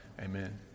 Amen